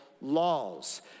laws